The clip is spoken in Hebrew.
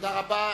תודה רבה.